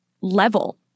level—